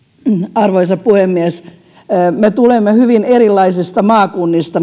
arvoisa puhemies me kansanedustajat tulemme hyvin erilaisista maakunnista